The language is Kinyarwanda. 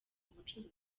ubucuruzi